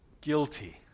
guilty